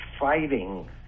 fighting